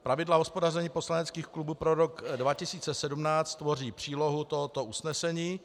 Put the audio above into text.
Pravidla hospodaření poslaneckých klubů pro rok 2017 tvoří přílohu tohoto usnesení.